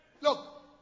Look